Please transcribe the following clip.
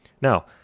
Now